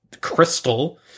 crystal